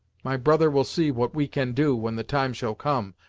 my brother will see what we can do, when the time shall come,